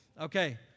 Okay